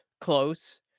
close